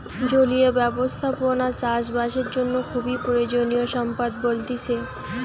জলীয় ব্যবস্থাপনা চাষ বাসের জন্য খুবই প্রয়োজনীয় সম্পদ বলতিছে